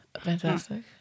fantastic